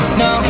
no